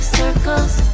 circles